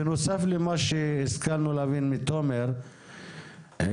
בנוסף למה שהשכלנו להבין מתומר לגבי